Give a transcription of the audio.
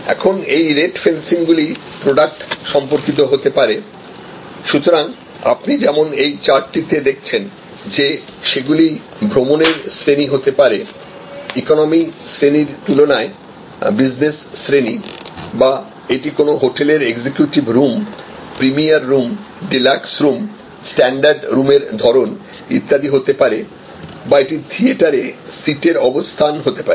এখন এই rate fencing গুলি প্রডাক্ট সম্পর্কিত হতে পারে সুতরাং আপনি যেমন এই চার্টটিতে দেখছেন যে সেগুলি ভ্রমণের শ্রেণি হতে পারে ইকোনমি শ্রেণির তুলনায় বিজনেস শ্রেণি বা এটি কোনও হোটেলের executive room premier room deluxe room standard রুমের ধরণ ইত্যাদি হতে পারে বা এটি থিয়েটারে সিটের অবস্থান হতে পারে